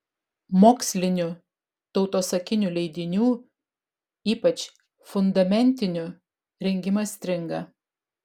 mokslinių tautosakinių leidinių ypač fundamentinių rengimas stringa